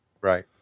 right